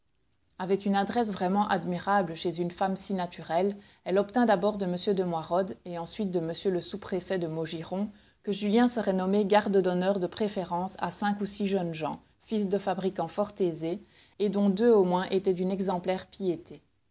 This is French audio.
avec une adresse vraiment admirable chez une femme si naturelle elle obtint d'abord de m de moirod et ensuite de m le sous-préfet de maugiron que julien serait nommé garde d'honneur de préférence à cinq ou six jeunes gens fils de fabricants fort aisés et dont deux au moins étaient d'une exemplaire piété